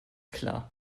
klar